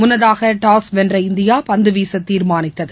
முன்னதாகடாஸ் வென்ற இந்தியா பந்துவீசதீர்மானித்தது